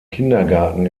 kindergarten